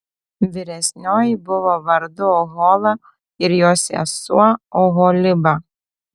vyresnioji buvo vardu ohola ir jos sesuo oholiba